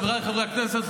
חבריי חברי הכנסת,